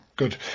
Good